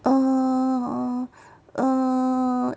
err err